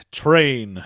train